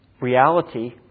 reality